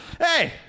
Hey